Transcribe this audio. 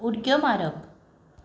उडक्यो मारप